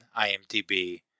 IMDB